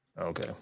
Okay